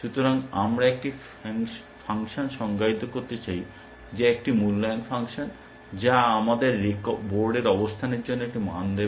সুতরাং আমরা একটি ফাংশন সংজ্ঞায়িত করতে চাই যা একটি মূল্যায়ন ফাংশন যা আমাদের বোর্ডের অবস্থানের জন্য একটি মান দেবে